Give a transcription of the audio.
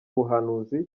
buhanuzi